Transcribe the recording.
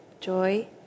joy